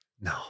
No